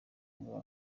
ngo